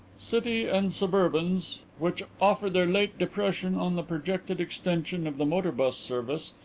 city and suburbans, which after their late depression on the projected extension of the motor bus service,